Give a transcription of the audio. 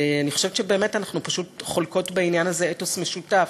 ואני חושבת שאנחנו באמת חולקות בעניין הזה אתוס משותף,